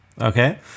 Okay